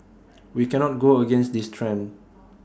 we cannot go against this trend